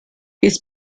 his